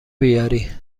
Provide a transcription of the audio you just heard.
بیاری